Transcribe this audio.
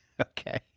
Okay